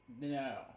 No